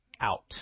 out